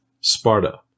Sparta